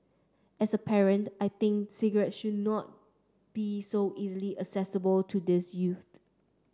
as a parent I think cigarette should not be so easily accessible to these youths